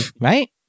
Right